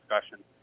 discussion